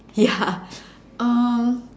ya um